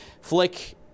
Flick